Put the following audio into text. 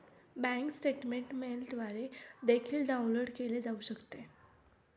bank statement मेलद्वारे देखील download केले जाऊ शकते